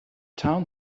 town